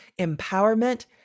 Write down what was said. empowerment